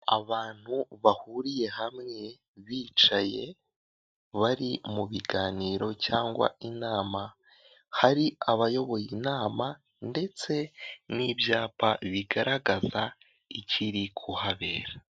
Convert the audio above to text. Abantu bahuriye hamwe bicaye bari mu biganiro cyangwa inama, hari abayoboye inama ndetse n'ibyapa bigaragaza ikiri kuhabera.